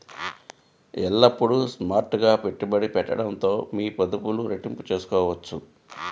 ఎల్లప్పుడూ స్మార్ట్ గా పెట్టుబడి పెట్టడంతో మీ పొదుపులు రెట్టింపు చేసుకోవచ్చు